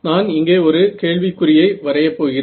நான் இங்கே ஒரு கேள்விக்குறியை வரைய போகிறேன்